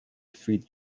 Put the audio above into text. street